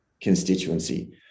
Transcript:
constituency